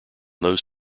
those